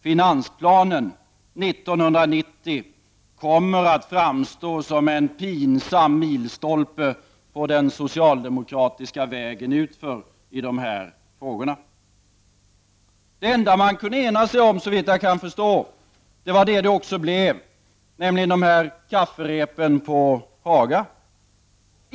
Finansplanen 1990 kommer att framstå som en pinsam milstolpe på den socialdemokratiska vägen utför i dessa frågor! Det enda regeringen kunde ena sig om, såvitt jag förstår, var det som också kom till stånd, nämligen kafferepen på Haga.